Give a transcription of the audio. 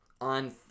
on